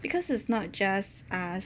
because it's not just us